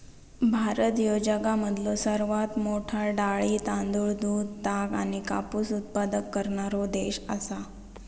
भारत ह्यो जगामधलो सर्वात मोठा डाळी, तांदूळ, दूध, ताग आणि कापूस उत्पादक करणारो देश आसा